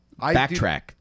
backtrack